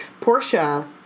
Portia